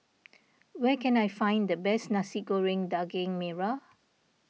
where can I find the best Nasi Goreng Daging Merah